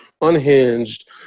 unhinged